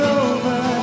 over